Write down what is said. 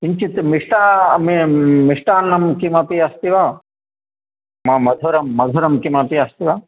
किञ्चित् मिष्ठा मिष्ठान्नं किमपि अस्ति वा म मधुरं मधुरं किमपि अस्ति वा